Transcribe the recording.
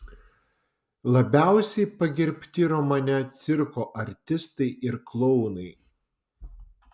labiausiai pagerbti romane cirko artistai ir klounai